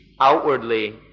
outwardly